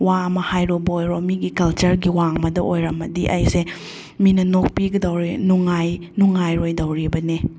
ꯋꯥ ꯑꯃ ꯍꯥꯏꯔꯨꯕ ꯑꯣꯏꯔꯣ ꯃꯤꯒꯤ ꯀꯜꯆꯔꯒꯤ ꯋꯥꯡꯃꯗ ꯑꯣꯏꯔꯝꯃꯗꯤ ꯑꯩꯁꯦ ꯃꯤꯅ ꯅꯣꯛꯄꯤꯒꯗꯣꯔꯦ ꯅꯨꯡꯉꯥꯏ ꯅꯨꯡꯉꯥꯏꯔꯣꯏꯗꯧꯔꯤꯕꯅꯤ